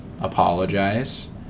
apologize